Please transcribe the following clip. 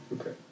Okay